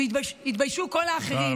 ויתביישו כל האחרים,